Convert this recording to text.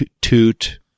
toot